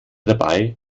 dabei